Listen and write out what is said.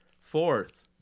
Fourth